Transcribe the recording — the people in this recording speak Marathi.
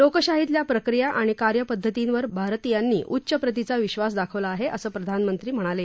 लोकशाहीतल्या प्रक्रिया आणि कार्यपद्धतींवर भारतीयांनी उच्च प्रतीचा विश्वास दाखवला आहे असं प्रधानमंत्री म्हणाले